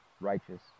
righteous